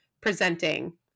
presenting